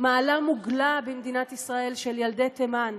מעלה מוגלה במדינת ישראל, של ילדי תימן.